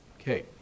Okay